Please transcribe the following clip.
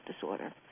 disorder